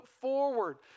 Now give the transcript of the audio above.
forward